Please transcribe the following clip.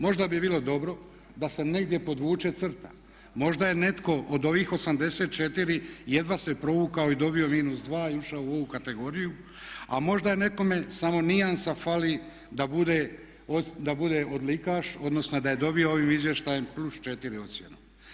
Možda bi bilo dobro da se negdje podvuče crta, možda je netko od ovih 84 jedva se provukao i dobio -2 i ušao u ovu kategoriju, a možda je nekome samo nijansa fali da bude odlikaš, odnosno da je dobio ovim izvještajem +4 ocjenu.